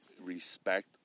respect